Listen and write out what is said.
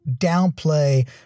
downplay